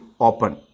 open